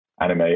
anime